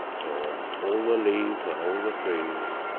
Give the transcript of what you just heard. or all the leaves on all the trees,